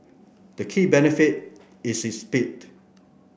the key benefit is its speed